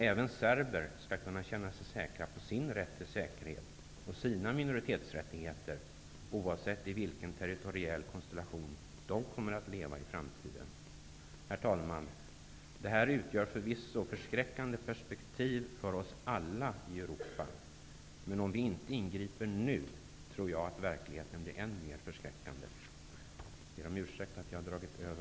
Även serber skall kunna känna sig säkra på sin rätt till säkerhet och på sina minoritetsrättigheter, oavsett vilken territoriell konstellation de i framtiden kommer att leva i. Herr talman! Det här utgör förvisso förskräckande perspektiv för oss alla i Europa. Men om vi inte ingriper nu tror jag att verkligheten blir än mer förskräckande.